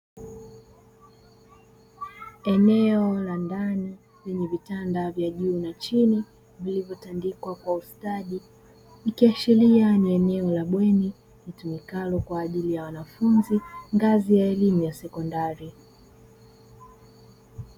Eneo la ndani lenye vitanda vya juu na chini vilivyotandikwa kwa ustadi, ikiashiria ni eneo la bweni litumikalo kwa ajili ya wanafunzi ngazi ya elimu ya sekondari.